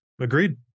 agreed